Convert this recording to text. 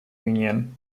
union